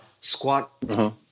squat